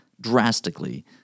drastically